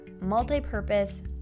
multi-purpose